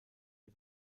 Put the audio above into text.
die